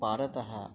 पारतः